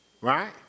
Right